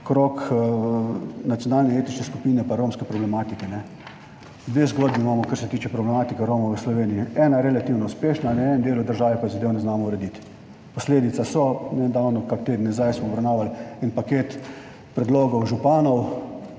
krog nacionalne etnične skupine pa romske problematike. Dve zgodbi imamo, kar se tiče problematike Romov v Sloveniji, ena je relativno uspešna, na enem delu države pa zadev ne znamo urediti. Posledica je, nedavno, kakšen teden nazaj smo obravnavali en paket predlogov županov